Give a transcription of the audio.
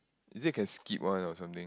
is it can skip one or something